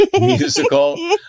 musical